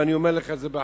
ואני אומר לך באחריות.